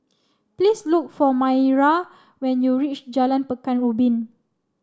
please look for Maira when you reach Jalan Pekan Ubin